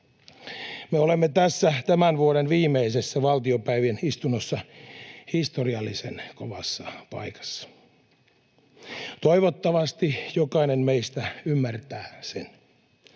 Me olemme tässä tämän vuoden valtiopäivien viimeisessä istunnossa historiallisen kovassa paikassa. Toivottavasti jokainen meistä ymmärtää sen,